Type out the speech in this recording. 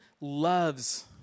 loves